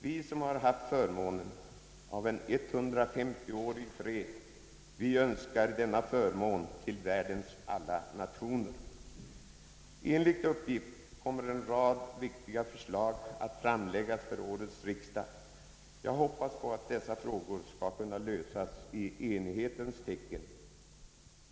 Vi som haft förmånen av en 150-årig fred önskar fredens välsignelse åt världens alla nationer. Enligt uppgift kommer en rad viktiga förslag att framläggas för årets riksdag. Jag hoppas att de stora frågorna skall kunna lösas i enighetens tecken.